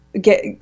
get